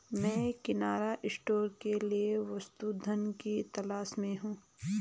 मैं किराना स्टोर के लिए वस्तु धन की तलाश में हूं